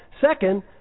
Second